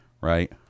right